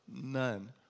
None